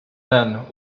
then